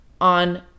on